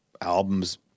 albums